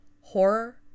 horror